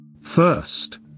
First